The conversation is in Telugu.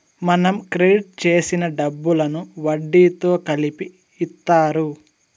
మనం క్రెడిట్ చేసిన డబ్బులను వడ్డీతో కలిపి ఇత్తారు